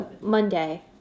Monday